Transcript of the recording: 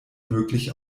möglich